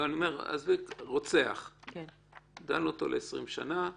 רוצח, דנו אותו ל-20 שנה,